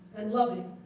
and loving.